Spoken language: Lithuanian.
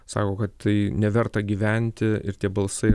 sako kad tai neverta gyventi ir tie balsai